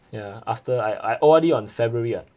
ya after I I O_R_D on february ah